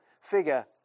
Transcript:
figure